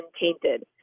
tainted